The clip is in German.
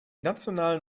nationalen